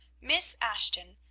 miss ashton,